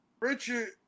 Richard